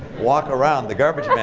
walk around the garbage